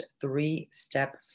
three-step